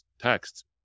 texts